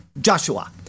Joshua